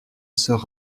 sort